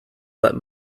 that